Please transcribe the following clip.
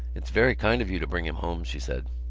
it's very kind of you to bring him home, she said.